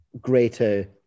greater